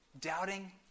Doubting